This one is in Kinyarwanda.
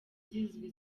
zizwi